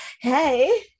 hey